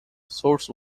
source